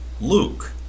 Luke